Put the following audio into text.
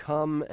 Come